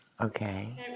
Okay